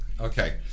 Okay